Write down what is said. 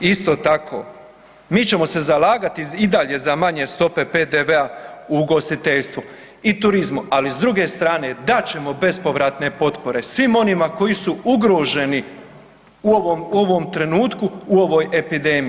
Isto tako, mi ćemo se zalagati i dalje za manje stope PDV-a u ugostiteljstvu i turizmu, ali s druge strane dat ćemo bespovratne potpore svim onima koji su ugroženi u ovom trenutku, u ovoj epidemiji.